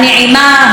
הנעימה,